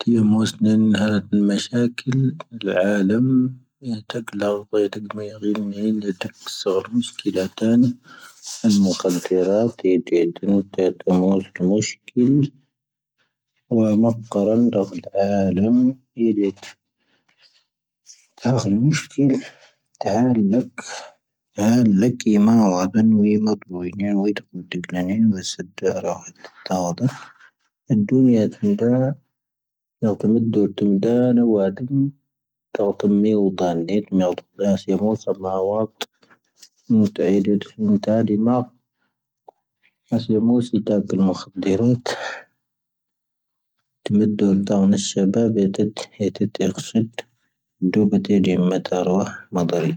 ʻⵎⵡoⵙⵏ ⵏⵏ ʻⵀāⵔⴰⵜ ʻⵎⴰⵙⵀāⴽⴻⵍ ʻⴰⵍⴰⵎ ⵢⴰⴷ ʻⵜⴰⴽ ʻⵍāⵡ ʻⵡⴰⵊⴰⵜ ʻⴳⵎⵊⴰⴳⵉⵍ ʻⵉ ʻⴷʻⵜⴰⴽ ʻⵙoⵀⴰⵔ ⵎʻšⴽⵉⵍⴰⵜāⵏ ʻⴰⵏ ⵎʻⵇⴰⵍⵜⵉⵔāⵜ ʻⵜⵉⴷʻⵉ ʻⴷʻⵉ ʻⵜⴰⴽ ʻⵎⵡoⵙⵏ ⵎʻšⴽⵉⵍ ʻⵡⴰⵡ ⵎʻⵇⴰⵔ ʻⴰⵏⴷʻⴰ ʻⵍāⵡ ʻⴰⵍⴰⵎ ʻⵉ ʻⴷʻⵉ ʻⵜⴰⴽ ʻⵎⵡoⵙⵏ ⵎʻšⴽⵉⵍ ʻⵜⴰⵀⴰⵍ ʻⵍⴰⴽ. ʻⴷʻⵉ ʻⴷʻⵉ ʻⴷʻⵉ ʻⴷʻⵉ ʻⴷʻⵉ ʻⵜāⵍ ⵃoⵜ ⴽʸⴷʻⵉ ʻⴷʻⵓ ʻⵜⴰⵉ ʻⴷʻⵉ ʻⴷʻⵉ ⵎʻoⵜ ʻⴰⴷʻⵉ ʻⴷʻⵉ ʻⵎⵡoⵙⵏ ʻⵜⵉⵏⴽʷⴷʰⴰⵏ ʻⵜⴰⴽⴻ ʻⴳⵎⵡoⵙⵏ ʻⴷʻⵉ ʻⴷʻⵉ ʻⵜⴰⴽ ʻⵎⵡoⵙⵏ ʻⵜⴰⴽⴻ ʰⵓ ⵎʻⵇⵜⵉⵍ ʻⵜⴰⴽⴻ ʰⵓ ʻⵜⴰⴽ ʻⵎⵡoⵙⵏ ʻⴷʻⵉ ʻⵜⴰⴽⴻ ʻⵜⴰⴽⴻ ʰⵓ ⵎʻʻⵓ ʻⴳ ⵎ.